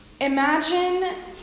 imagine